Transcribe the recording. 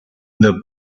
the